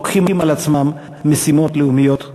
לוקחים על עצמם משימות לאומיות חשובות.